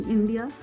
India